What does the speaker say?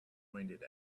pointed